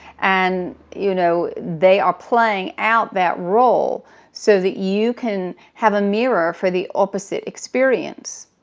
and you know they are playing out that role so that you can have a mirror for the opposite experience.